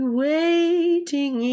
waiting